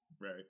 Right